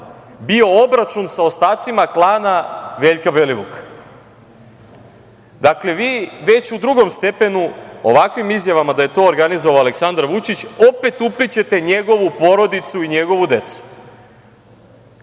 bio obračun sa ostacima klana Veljka Belivuka. Dakle, već u drugom stepenu ovakvim izjavama da je to organizovao Aleksandar Vučić, opet uplićete njegovu porodicu i njegovu